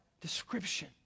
description